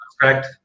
correct